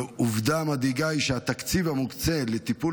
ועובדה מדאיגה היא שהתקציב המוקצה לטיפול